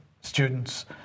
students